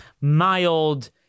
mild